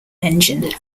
engine